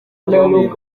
byumye